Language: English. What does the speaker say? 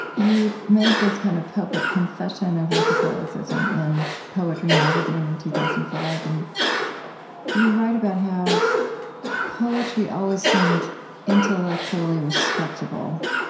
you made this kind of public confession of your catholicism, in poetry magazine in two thousand and five. and you write about how poetry always seemed intellectually respectable,